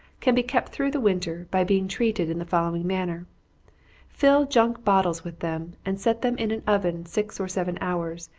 can be kept through the winter, by being treated in the following manner fill junk bottles with them, and set them in an oven six or seven hours,